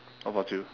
what about you